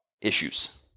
issues